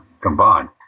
combined